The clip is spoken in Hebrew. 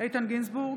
איתן גינזבורג,